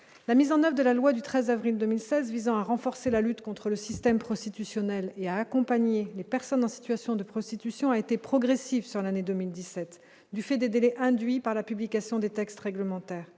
la mise en 9 de la loi du 13 avril 2016 visant à renforcer la lutte contre le système prostitutionnel et accompagner les personnes en situation de prostitution, a été progressive sur l'année 2017, du fait des délais induits par la publication des textes réglementaires,